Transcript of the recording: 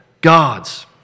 gods